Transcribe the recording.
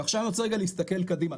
עכשיו אני רוצה רגע להסתכל קדימה,